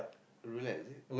roulette is it